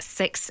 six